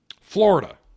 Florida